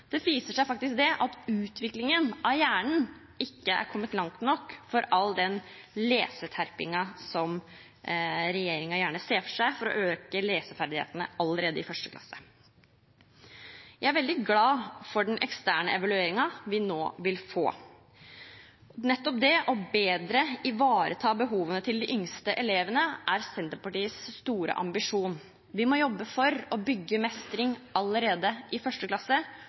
Det viser seg faktisk at utviklingen av hjernen ikke er kommet langt nok for all den leseterpingen som regjeringen gjerne ser for seg for å øke leseferdighetene allerede i 1. klasse. Jeg er veldig glad for den eksterne evalueringen vi nå vil få. Nettopp det å bedre ivareta behovene til de yngste elevene er Senterpartiets store ambisjon. Vi må jobbe for å bygge mestring allerede i